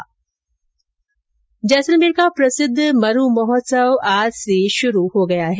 जैसलमेर का प्रसिद्ध मरू महोत्सव आज से शुरू हो गया है